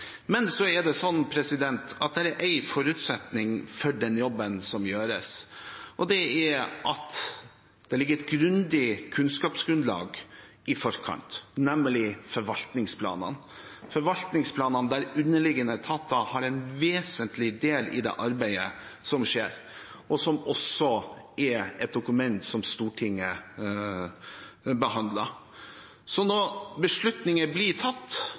Men det er én forutsetning for den jobben som gjøres, og det er at det ligger et grundig kunnskapsgrunnlag i forkant, nemlig forvaltningsplanene, der underliggende etater har en vesentlig del i det arbeidet som skjer, og som også er et dokument som Stortinget behandler. Så når beslutninger blir tatt,